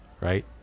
right